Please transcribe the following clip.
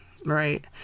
right